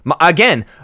Again